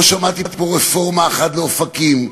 לא שמעתי פה רפורמה אחת לאופקים,